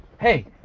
Hey